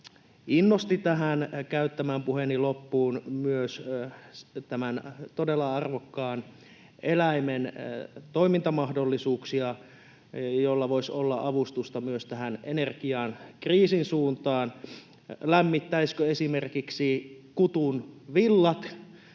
innosti minut kertomaan tähän puheeni loppuun myös tämän todella arvokkaan eläimen toimintamahdollisuuksista, joista voisi olla avustusta myös energiakriisin suuntaan. Lämmittäisivätkö esimerkiksi kutunvillat